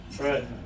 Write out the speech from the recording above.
Right